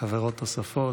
חברות נוספות,